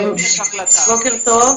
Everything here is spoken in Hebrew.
קודם כול בוקר טוב,